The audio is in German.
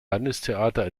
landestheater